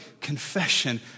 confession